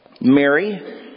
Mary